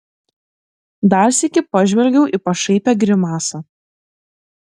dar sykį pažvelgiau į pašaipią grimasą